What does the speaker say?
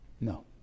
No